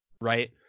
right